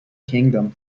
kingdom